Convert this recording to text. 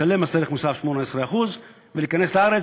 לשלם מס ערך מוסף של 18% ולהיכנס לארץ.